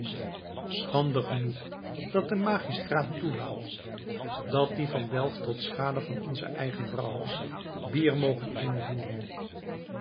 schande genoeg dat de magistraat toelaat dat die van delft tot schade van onze eigen brouwers bier mogen invoeren